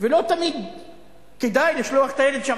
ולא תמיד כדאי לשלוח את הילד לשם,